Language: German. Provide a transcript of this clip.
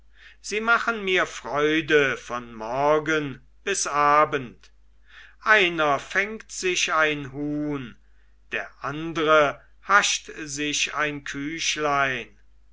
sie machen mir freude von morgen bis abend einer fängt sich ein huhn der andre hascht sich ein küchlein